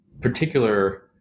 particular